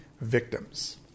victims